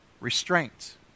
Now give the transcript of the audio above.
restraints